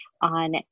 on